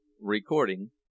Recording